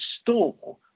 store